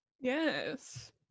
Yes